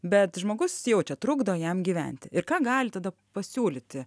bet žmogus jaučia trukdo jam gyventi ir ką galit pasiūlyti